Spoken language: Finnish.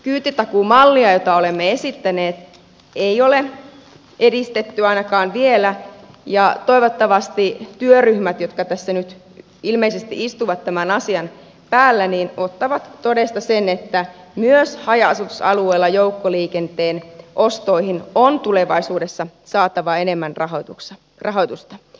kyytitakuumallia jota olemme esittäneet ei ole edistetty ainakaan vielä ja toivottavasti työryhmät jotka tässä nyt ilmeisesti istuvat tämän asian päällä ottavat todesta sen että myös haja asutusalueella joukkoliikenteen ostoihin on tulevaisuudessa saatava enemmän rahoitusta